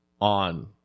on